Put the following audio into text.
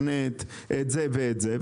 באינטרנט את זה ואת זה,